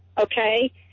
okay